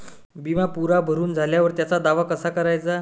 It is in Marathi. बिमा पुरा भरून झाल्यावर त्याचा दावा कसा कराचा?